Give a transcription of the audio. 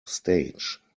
stage